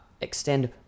extend